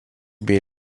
bei